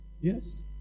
Yes